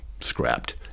scrapped